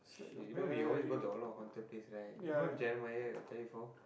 shit you know we always go to a lot of haunted place right you know Jeremiah got tell you before